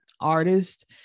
artist